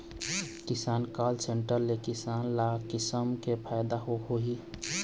किसान call centre ले किसान ल का किसम के फायदा होही?